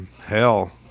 Hell